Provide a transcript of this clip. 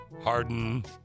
Harden